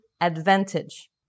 advantage